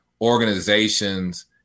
organizations